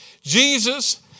Jesus